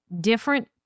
different